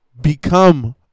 Become